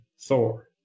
Thor